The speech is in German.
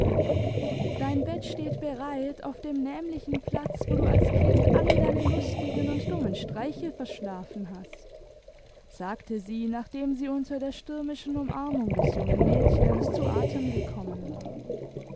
dein bett steht bereit auf dem nämlichen platz wo du als kind alle deine lustigen und dummen streiche verschlafen hast sagte sie nachdem sie unter der stürmischen umarmung des jungen mädchens zu atem gekommen war